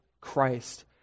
Christ